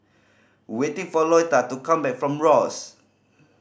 waiting for Louetta to come back from Ross